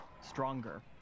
stronger